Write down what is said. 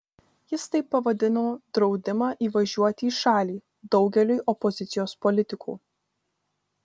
jis taip pavadino draudimą įvažiuoti į šalį daugeliui opozicijos politikų